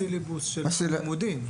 אנחנו הכנסנו את זה בסילבוס של הלימודים.